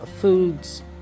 foods